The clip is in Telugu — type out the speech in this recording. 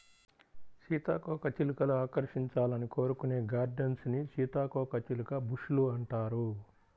సీతాకోకచిలుకలు ఆకర్షించాలని కోరుకునే గార్డెన్స్ ని సీతాకోకచిలుక బుష్ లు అంటారు